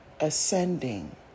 ascending